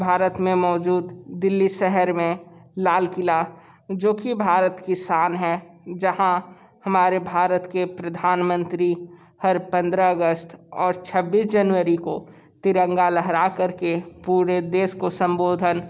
भारत में मौजूद दिल्ली शहर में लाल किला जो कि भारत की शान है जहाँ हमारे भारत के प्रधानमंत्री हर पंद्रह अगस्त और छब्बीस जनवरी को तिरंगा लहरा करके पूरे देश को सम्बोधन